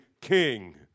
king